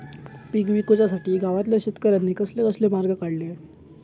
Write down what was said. पीक विकुच्यासाठी गावातल्या शेतकऱ्यांनी कसले कसले मार्ग काढले?